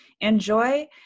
enjoy